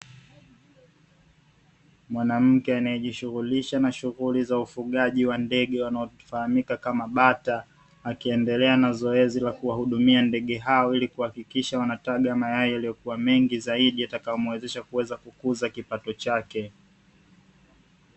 Mwanamke anayejishughulisha na shughuli za ufugaji wa ndege wanaofahamika kama bata. Akiendelea na zoezi la kuwahudumia ndege hao ili kuhakikisha wanataga mayai mengi zaidi yatakayomuwezesha kukuza kipato chake.